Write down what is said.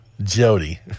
Jody